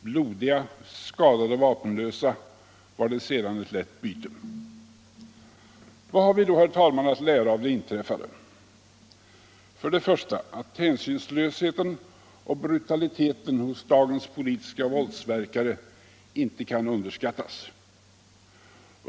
Blodiga, skadade och vapenlösa var de sedan ett lätt byte. Vad kan vi då, herr talman, lära av det inträffade? 1. Hänsynslösheten och brutaliteten hos dagens politiska våldsverkare kan inte underskattas.